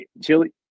Chili